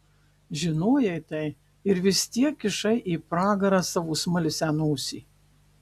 žinojai tai ir vis tiek kišai į pragarą savo smalsią nosį